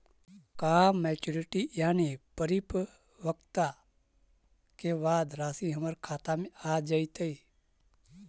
का मैच्यूरिटी यानी परिपक्वता के बाद रासि हमर खाता में आ जइतई?